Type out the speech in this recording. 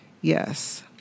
Yes